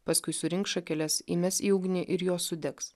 paskui surinks šakeles įmes į ugnį ir jos sudegs